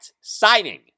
signing